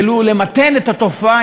ולו למתן את התופעה,